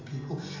people